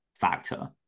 factor